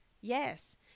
Yes